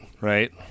right